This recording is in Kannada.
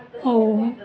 ಅವು